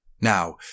Now